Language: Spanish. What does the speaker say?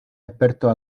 expertos